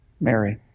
Mary